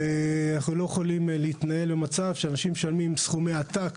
ואנחנו לא יכולים להתנהל במצב בו אנשים משלמים סכומי עתק